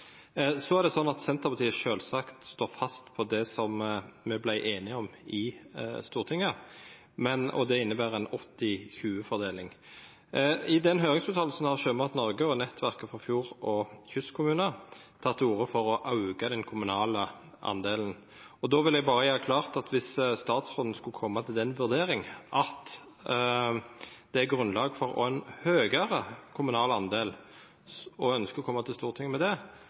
og Nettverk fjord- og kystkommuner tatt til orde for å øke den kommunale andelen. Jeg vil bare gjøre det klart at hvis statsråden skulle komme til den vurdering at det er grunnlag for en høyere kommunal andel og ønsker å komme til Stortinget med det,